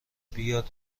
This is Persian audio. بیاد